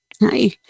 Hi